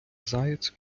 заяць